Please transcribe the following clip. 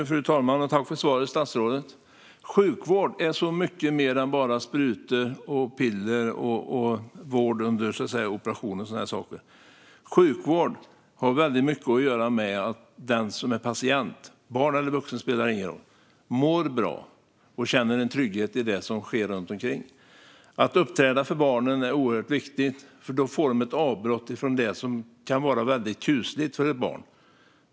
Fru talman! Tack för svaret, statsrådet! Sjukvård är så mycket mer än bara sprutor, piller och vård i samband med operationer. Sjukvård har väldigt mycket att göra med att den som är patient, barn eller vuxen spelar ingen roll, mår bra och känner en trygghet i det som sker runt omkring. Att uppträda för barnen är oerhört viktigt, för då får de ett avbrott från något som kan vara väldigt kusligt för ett barn.